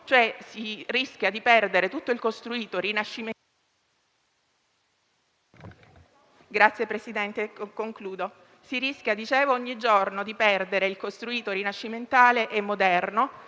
ogni giorno di perdere tutto il costruito rinascimentale e moderno